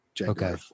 okay